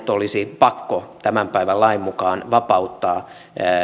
olisi pakko tämän päivän lain mukaan vapauttaa